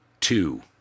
Two